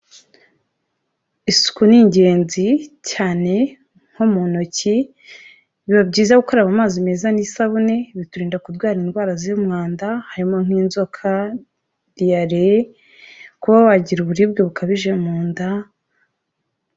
Isuku ni ingenzi cyane nko mu ntoki, biba byiza gukaraba amazi meza n'isabune, biturinda kurwara indwara z'umwanda, harimo nk'inzoka diyare, kuba wagira uburibwe bukabije mu nda.